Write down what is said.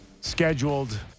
scheduled